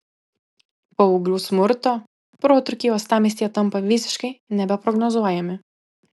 paauglių smurto protrūkiai uostamiestyje tampa visiškai nebeprognozuojami